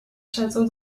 château